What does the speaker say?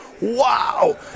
wow